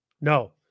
No